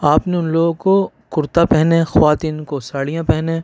آپ نے اُن لوگوں کو کُرتا پہنے خواتین کو ساڑیاں پہنے